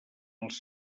els